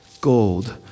gold